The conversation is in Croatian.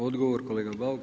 Odgovor kolega BAuk.